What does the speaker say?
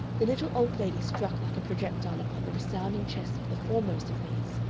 the little old lady struck like a projectile upon the resounding chest of the foremost of these,